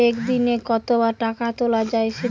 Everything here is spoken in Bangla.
একদিনে কতবার টাকা তোলা য়ায়?